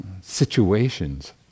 situations